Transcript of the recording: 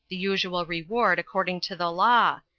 the usual reward according to the law,